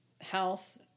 house